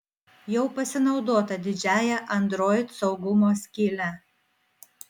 jau pasinaudota didžiąja android saugumo skyle